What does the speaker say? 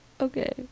okay